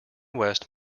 west